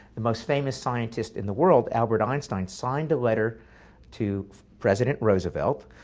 the most famous scientist in the world, albert einstein, signed a letter to president roosevelt,